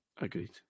Agreed